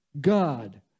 God